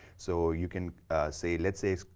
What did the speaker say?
so, you can say, let's say,